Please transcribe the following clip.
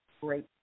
great